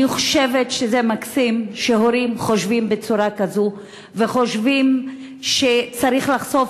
אני חושבת שזה מקסים שהורים חושבים בצורה כזו וחושבים שצריך לחשוף